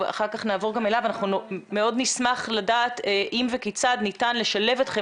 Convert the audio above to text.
מאוד נשמח לדעת אם וכיצד ניתן לשלב אתכם